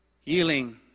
Healing